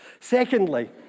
secondly